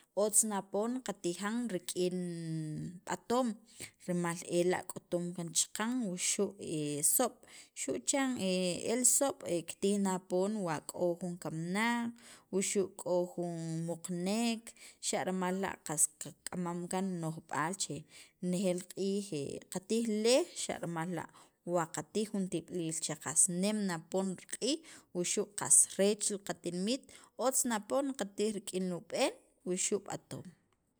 otz na poon qatijan rik'in b'atoom rimal ela' k'utun kaan chaqan wuxu' soob', xu' chan el soob' kitij na poon wa k'o jun kamnaq wuxu' k'o jun muqnek xa' rimal la', qast qak'amam kaan no'jb'al che nejeel q'iij qatij leej xa' rima la' wa qatij jun tib'iliil che qas nem na poon riq'iij wuxu' qas reech li qatinimit otz na poon qatij rik'in li ub'een wuxu' b'atoom.